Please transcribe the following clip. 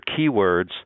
keywords